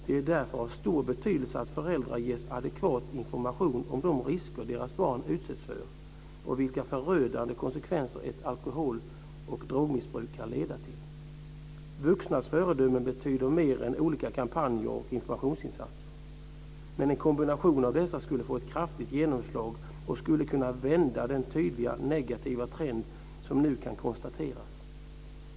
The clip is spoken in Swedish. Det är därför av stor betydelse att föräldrar ges adekvat information om de risker som deras barn utsätts för och vilka förödande konsekvenser ett alkohol och drogmissbruk kan leda till. Vuxnas föredömen betyder mer än olika kampanjer och informationsinsatser. Men en kombination av dessa skulle få ett kraftigt genomslag och skulle kunna vända den tydliga negativa trend som nu kan konstateras.